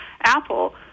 Apple